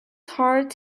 heart